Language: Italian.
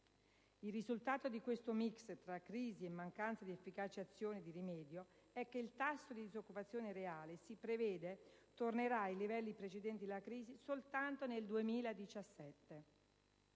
Il risultato di questo *mix* tra crisi e mancanza di efficaci azioni di rimedio è che il tasso di disoccupazione reale si prevede tornerà ai livelli precedenti la crisi solo nel 2017.